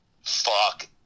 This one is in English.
fuck